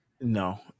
No